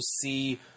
see